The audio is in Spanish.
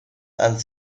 han